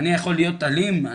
אני יכול להיות אלים?